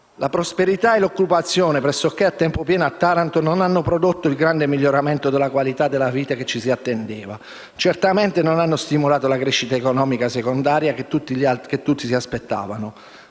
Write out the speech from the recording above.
«La prosperità e l'occupazione pressoché a tempo pieno a Taranto non hanno prodotto il grande miglioramento della qualità della vita che ci si attendeva. Certamente non hanno stimolato la crescita economica secondaria che molti si aspettavano.